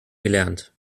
gelernt